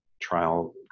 trial